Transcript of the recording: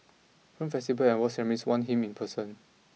film festivals andawards ceremonies want him in person